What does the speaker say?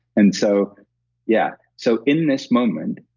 and so yeah. so, in this moment,